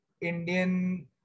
Indian